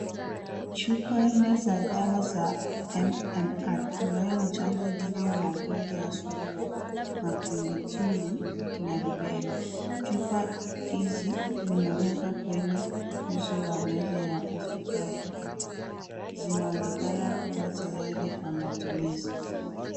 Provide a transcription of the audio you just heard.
Chupa nne za dawa za MMR ambayo ni chanjo dhidi ya magonjwa ya surua, matumbwitumbwi na rubela. Chupa hizi zimewekwa kwenye uso wa meza ya hospitali. Zinaonekana kuwa tayari kwa matumizi.